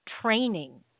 training